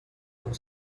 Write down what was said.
book